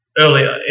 earlier